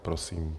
Prosím.